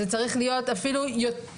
אלה הדברים, תודה.